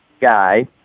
guy